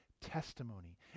testimony